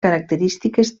característiques